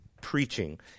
preaching